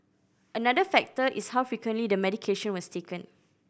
another factor is how frequently the medication was taken